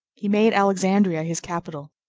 he made alexandria his capital,